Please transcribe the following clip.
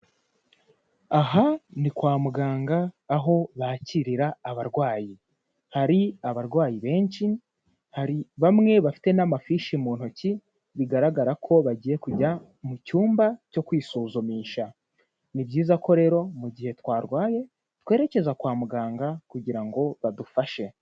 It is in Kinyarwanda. Aha ni kwa muganga aho bakirira abarwayi. Hari abarwayi benshi, hari bamwe bafite n'amafishi mu ntoki bigaragara ko bagiye kujya mu cyumba cyo kwisuzumisha. Ni byiza ko rero mu gihe twarwaye, twerekeza kwa muganga kugira ngo badufashe.